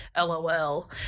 LOL